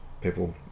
people